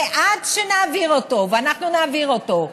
ועד שנעביר אותו, ואני אעביר אותו,